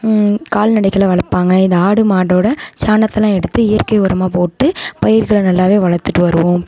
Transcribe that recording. கால்நடைகளை வளர்ப்பாங்க இந்த ஆடு மாடோடய சாணத்தெல்லாம் எடுத்து இயற்கை உரமாக போட்டு பயிர்களை நல்லாவே வளர்த்துட்டு வருவோம்